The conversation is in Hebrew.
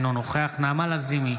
אינו נוכח נעמה לזימי,